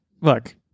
look